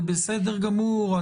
זה בסדר גמור.